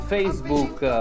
Facebook